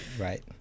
right